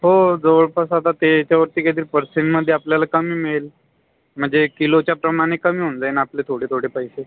हो जवळपास आता त्याच्यावरती काहीतरी पर्सेंटमधे आपल्याला कमी मिळेल म्हणजे किलोच्या प्रमाणे कमी होऊन जाईल आपले थोडे थोडे पैसे